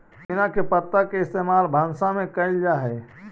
पुदीना के पत्ता के इस्तेमाल भंसा में कएल जा हई